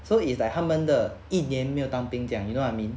so it's like 他们的一年没有当兵这样 you know what I mean